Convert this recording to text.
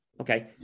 Okay